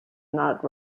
not